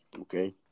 Okay